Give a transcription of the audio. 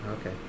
okay